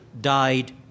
died